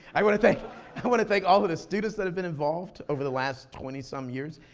i want to thank, i wanna thank all of the students that have been involved over the last twenty some years.